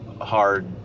hard